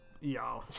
Yo